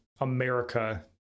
America